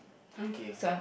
okay